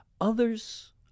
Others